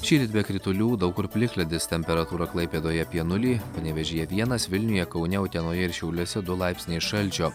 šįryt be kritulių daug kur plikledis temperatūra klaipėdoje apie nulį panevėžyje vienas vilniuje kaune utenoje ir šiauliuose du laipsniai šalčio